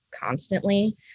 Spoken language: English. constantly